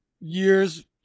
years